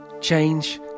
change